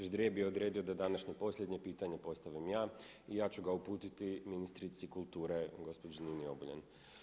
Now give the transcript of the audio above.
Ždrijeb je odredio da današnje posljednje pitanje postavim ja i ja ću ga uputiti ministrici kulture gospođi Nini Obuljen.